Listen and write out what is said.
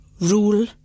Rule